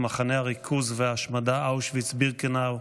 מחנה הריכוז וההשמדה אושוויץ-בירקנאו,